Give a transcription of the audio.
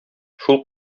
шул